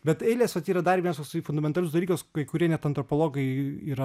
bet eilės vat yra dar vienas toksai fundamentalus dalykas kai kurie net antropologai yra